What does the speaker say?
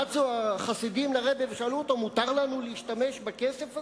רצו החסידים לרב ושאלו אותו: מותר לנו להשתמש בכסף הזה?